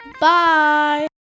Bye